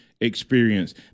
experience